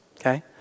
okay